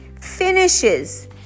finishes